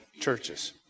churches